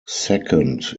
second